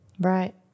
Right